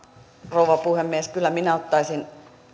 rouva puhemies kyllä minä ottaisin